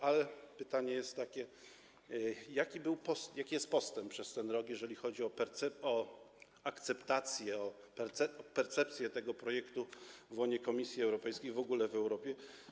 Ale pytanie jest takie: Jaki jest postęp przez ten rok, jeżeli chodzi o akceptację, o percepcję tego projektu w łonie Komisji Europejskiej, w ogóle w Europie?